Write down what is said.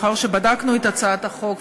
לאחר שבדקנו את הצעת החוק,